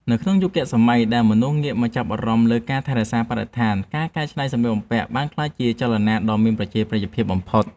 នៅក្នុងយុគសម័យដែលមនុស្សងាកមកចាប់អារម្មណ៍លើការថែរក្សាបរិស្ថាន ការកែច្នៃសម្លៀកបំពាក់បានក្លាយជាចលនាដ៏មានប្រជាប្រិយភាពបំផុត។